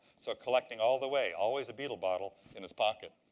so collecting all the way. always a beetle bottle in his pocket.